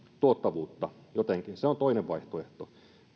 tuottavuutta jotenkin se on toinen vaihtoehto